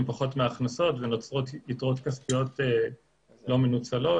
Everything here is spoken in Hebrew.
פחות מההכנסות ונוצרות יתרות כספיות לא מנוצלות,